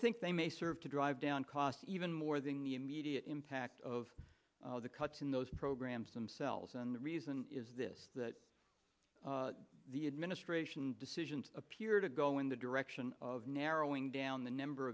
think they may serve to drive down costs even more than the immediate impact of the cuts in those programs themselves and the reason is this that the administration decisions appear to go in the direction of narrowing down the number